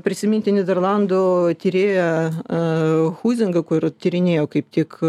prisimintini nyderlanų tyrėją huzingą kur tyrinėjo kaip tik